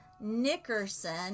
Nickerson